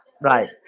right